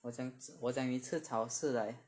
我讲我讲你吃草是 like